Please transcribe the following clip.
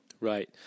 Right